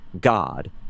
God